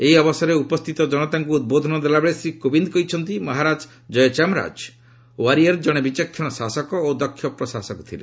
ଏହି ଅବସରରେ ଉପସ୍ଥିତ ଜନତାଙ୍କୁ ଉଦ୍ବୋଧନ ଦେଲାବେଳେ ଶ୍ରୀ କୋବିନ୍ଦ କହିଛନ୍ତି ମହାରାଜା ଜୟଚାମରାଜ ୱାରିୟର ଜଣେ ବିଚକ୍ଷଣ ଶାସକ ଓ ଦକ୍ଷ ପ୍ରଶାସକ ଥିଲେ